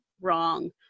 wrong